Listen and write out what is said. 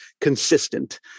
consistent